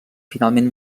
finalment